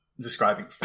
describing